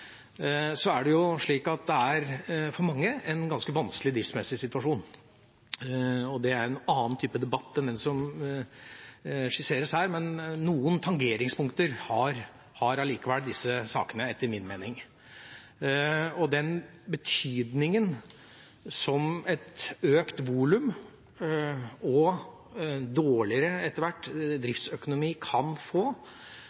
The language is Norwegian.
for mange er en ganske vanskelig driftsmessig situasjon. Det er en annen debatt enn den som skisseres her, men noen tangeringspunkter har allikevel disse sakene, etter min mening. Den betydningen som økt volum og etter hvert